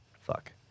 Fuck